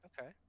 okay